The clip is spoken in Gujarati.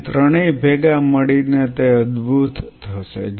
તેથી ત્રણેય ભેગા મળીને તે અદભુત થશે